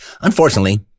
Unfortunately